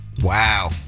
Wow